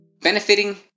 benefiting